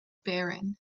barren